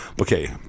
okay